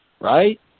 right